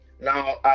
Now